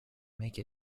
make